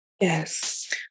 Yes